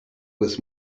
was